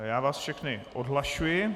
Já vás všechny odhlašuji.